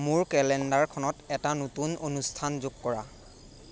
মোৰ কেলেণ্ডাৰখনত এটা নতুন অনুষ্ঠান যোগ কৰা